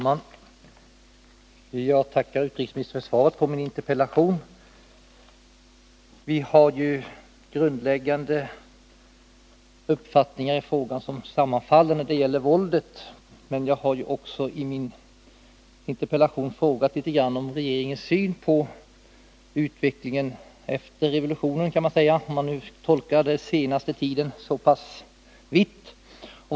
Fru talman! Jag tackar utrikesministern för svaret på min interpellation. Våra grundläggande uppfattningar i frågan sammanfaller när det gäller våldet. Men jag har också i min interpellation frågat om regeringens syn på utvecklingen efter revolutionen — som man kan kalla det om man gör en vid tolkning av den senaste tidens händelser.